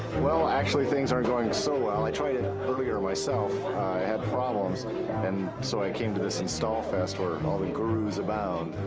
well, actually things aren't so well. i tried it earlier myself. i had problems. and so i came to this install fest where and all the gurus abound.